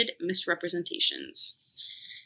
misrepresentations